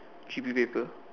G_P paper